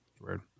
Weird